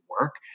work